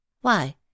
Why